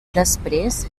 després